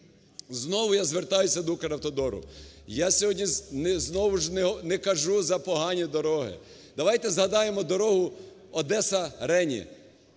Знову я звертаюсь до "Укравтодору". Я сьогодні знову ж не кажу за погані дороги, давайте згадаємо дорогу Одеса–Рені.